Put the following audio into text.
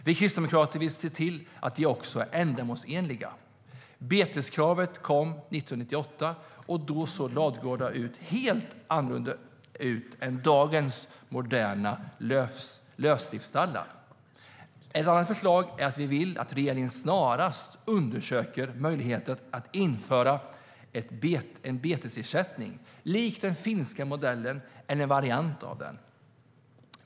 Vi kristdemokrater vill se till att de också blir ändamålsenliga. Beteskravet kom 1998, och då såg ladugårdarna helt annorlunda ut jämfört med dagens moderna lösdriftsstallar. Ett annat förslag är att regeringen snarast undersöker möjligheten att införa en betesersättning lik den finska modellen, eller en variant av den.